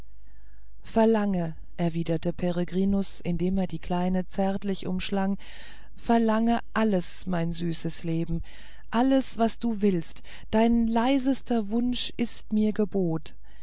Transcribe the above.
verlange erwiderte peregrinus indem er die kleine zärtlich umschlang verlange alles mein süßes leben alles was du willst dein leisester wunsch ist mir gebot